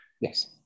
Yes